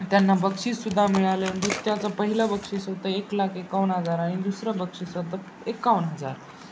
त्यांना बक्षीससुद्धा मिळालं नृत्याचं पहिलं बक्षीस होतं एक लाख एकावन्न हजार आणि दुसरं बक्षीस होतं एकावन्न हजार